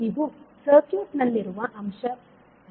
ಇವು ಸರ್ಕ್ಯೂಟ್ ನಲ್ಲಿರುವ ಅಂಶಗಳಾಗಿವೆ